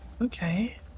Okay